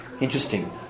Interesting